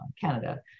Canada